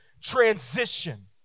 transition